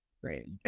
Great